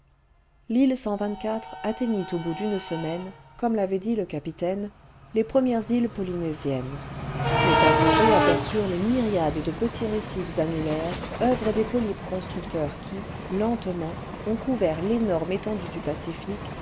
l'île atteignit au bout d'une semaine comme l'avait dit le capitaine les premières îles polynésiennes les passagers aperçurent les myriades de petits récifs annulaires oeuvres des polypes constructeurs qui lentement ont couvert l'énorme étendue du pacifique